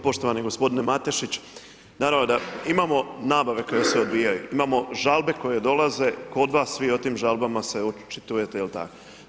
Poštovani gospodine Matešić, naravno da, imamo nabave koje se odvijaju, imamo žalbe koje dolaze kod vas, vi o tim žalbama se očitujete je li tako?